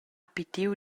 pitiu